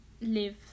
live